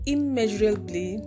immeasurably